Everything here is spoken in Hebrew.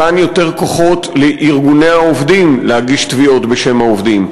מתן יותר כוחות לארגוני העובדים להגיש תביעות בשם העובדים,